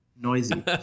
Noisy